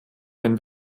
gen